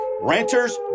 Renters